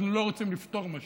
אנחנו לא רוצים לפתור משבר,